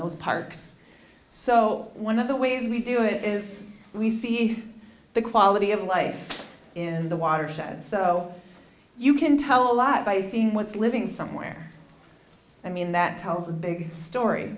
those parks so one of the ways we do it is we see the quality of life in the watershed so you can tell a lot by seeing what's living somewhere i mean that tells a big story